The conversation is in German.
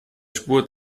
spur